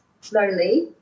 slowly